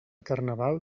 carnaval